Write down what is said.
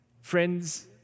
Friends